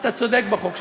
אתה צודק בחוק שלך.